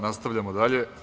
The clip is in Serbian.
Nastavljamo dalje.